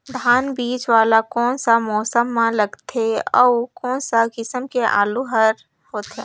धान बीजा वाला कोन सा मौसम म लगथे अउ कोन सा किसम के आलू हर होथे?